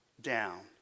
down